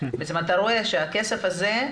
אתה רואה שהכסף הזה,